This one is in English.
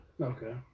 Okay